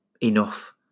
enough